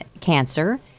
cancer